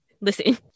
listen